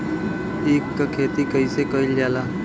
ईख क खेती कइसे कइल जाला?